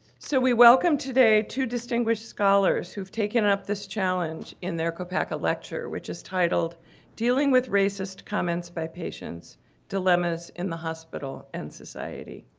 so we welcome today two distinguished scholars who've taken up this challenge in their koppaka lecture, which is titled dealing with racist comments by patients dilemmas in the hospital and society.